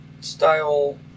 style